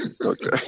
Okay